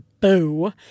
boo